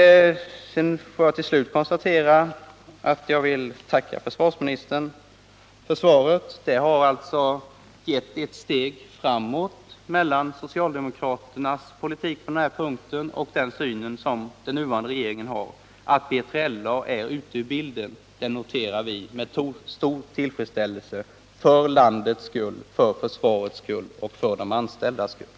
Jag vill till slut tacka försvarsministern för svaret. Det har alltså inneburit ett närmande mellan socialdemokraternas politik på denna punkt och den nuvarande regeringens syn — B3LA är ute ur bilden. Det noterar vi med stor tillfredsställelse — för landets skull, för försvarets skull och för de anställdas skull.